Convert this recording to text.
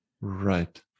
right